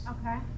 Okay